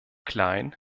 klein